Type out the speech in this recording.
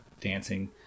dancing